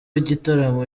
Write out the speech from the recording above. igitaramo